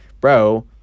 Bro